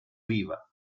viva